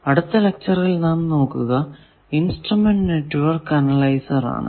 അടുത്ത ലെക്ച്ചറിൽ നാം നോക്കുക ഇൻസ്ട്രമെന്റ് നെറ്റ്വർക്ക് അനലൈസർ ആണ്